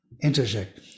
interject